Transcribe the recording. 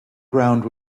ground